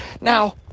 Now